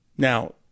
Now